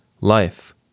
Life